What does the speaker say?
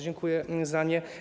Dziękuję za nie.